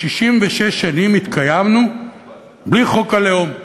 66 שנים התקיימנו בלי חוק הלאום.